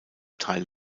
teil